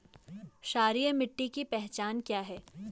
क्षारीय मिट्टी की पहचान क्या है?